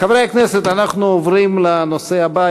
חברי הכנסת, אנחנו עוברים לנושא הבא.